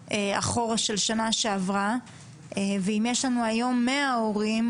של שנה שעברה ואם יש לנו היום 100 הורים,